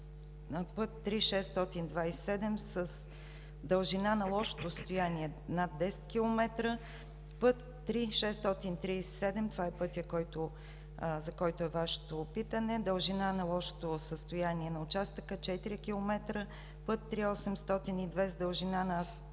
път 3.627, с дължина на лошото състояние над 10 км; път 3.637 – това е пътят, за който е Вашето питане, дължина на лошото състояние на участъка – 4 км; път 3.802, с дължина на лошо